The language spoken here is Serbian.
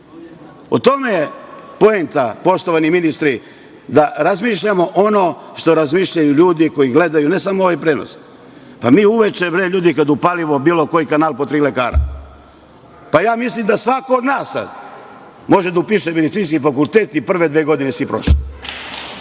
U tome je poenta poštovani ministri, da razmišljamo ono što razmišljaju ljudi koji gledaju, ne samo ovaj prenos. Pa, mi uveče kada upalimo bilo koji kanal, po tri lekara. Mislim da svaka od nas sada može da upiše Medicinski fakultet i prve dve godine si prošao,